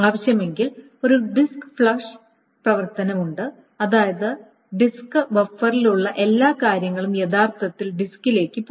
ആവശ്യമെങ്കിൽ ഒരു disk flush പ്രവർത്തനം ഉണ്ട് അതായത് ഡിസ്ക് ബഫറിലുള്ള എല്ലാ കാര്യങ്ങളും യഥാർത്ഥത്തിൽ ഡിസ്കിലേക്ക് പോയി